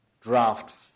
draft